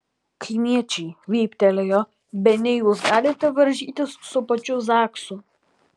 kaimiečiai vyptelėjo bene jūs galite varžytis su pačiu zaksu